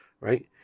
right